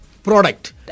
Product